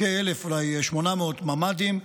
אולי 800 ממ"דים,